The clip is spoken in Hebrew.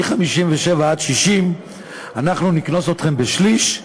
מ-57 עד 60 אנחנו נקנוס אתכם בשליש,